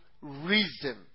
reason